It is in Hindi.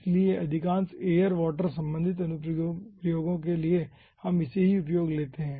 इसलिए अधिकांश एयर वाटर संबंधित अनुप्रयोगों के लिए हम इसे ही उपयोग में लेते हैं